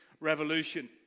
Revolution